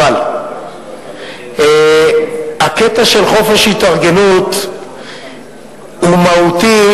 אבל הקטע של חופש התארגנות הוא מהותי,